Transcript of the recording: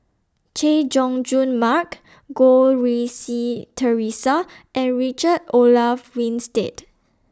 Chay Jung Jun Mark Goh Rui Si Theresa and Richard Olaf Winstedt